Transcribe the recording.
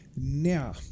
Now